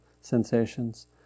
sensations